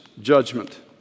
judgment